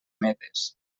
medes